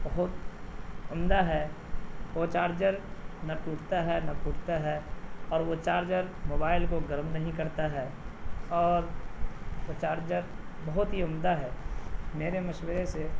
بہت عمدہ ہے وہ چارجر نہ ٹوٹتا ہے نہ پھوٹتا ہے اور وہ چارجر موبائل کو گرم نہیں کرتا ہے اور وہ چارجر بہت ہی عمدہ ہے میرے مشورے سے